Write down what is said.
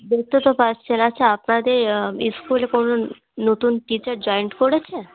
দেখতে তো পারছেন আচ্ছা আপনাদের স্কুলে কোনো নতুন টিচার জয়েন করেছে